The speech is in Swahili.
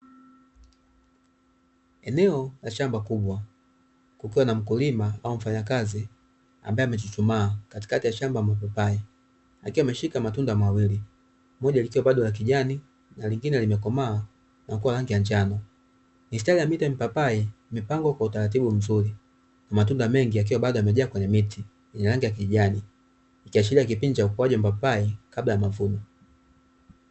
Eneo la shamba kubwa kukiwa na mkulima au mfanyakazi ambae amechuchuma, katikati ya shamba la mapapai akiwa ameshika matunda mawili, moja likiwa la kijani na linguine likiwa kimekomaa na kuwa la njano, mistari ya miti ya mipapai ikiwa imepangwa kwa utaratibu mzuri, matunda mengi yakiwa bado yamejaa kwenye miti yenye rangi ya kijani ikiashiria kipindi cha ukuaji wa mapapai kabla ya mavuno.